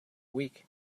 week